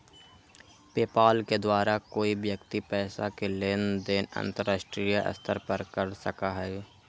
PayPal के द्वारा कोई व्यक्ति पैसा के लेन देन अंतर्राष्ट्रीय स्तर पर कर सका हई